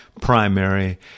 primary